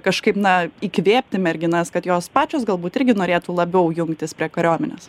kažkaip na įkvėpti merginas kad jos pačios galbūt irgi norėtų labiau jungtis prie kariuomenės